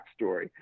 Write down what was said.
backstory